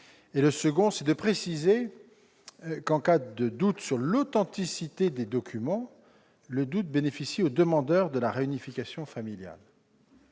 Le second est de préciser que, en cas de doute sur l'authenticité des documents, le doute bénéficie au demandeur de la réunification familiale.